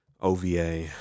OVA